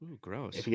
Gross